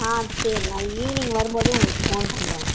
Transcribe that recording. ஆ சரி நான் ஈவினிங் வரும்போது உங்களுக்கு ஃபோன் பண்ணுறேன்